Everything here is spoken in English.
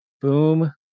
boom